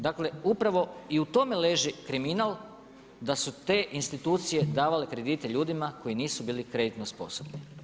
Dakle upravo i u tome leži kriminal da su te institucije davale kredite ljudima koji nisu bili kreditno sposobni.